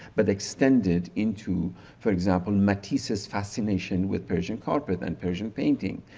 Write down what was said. but extended into for example, matisse's fascination with persian carpet and persian painting.